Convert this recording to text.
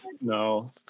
No